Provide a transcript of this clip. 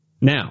Now